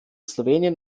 slowenien